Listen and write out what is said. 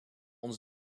ons